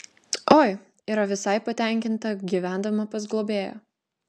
oi yra visai patenkinta gyvendama pas globėją